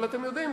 אבל אתם יודעים,